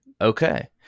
Okay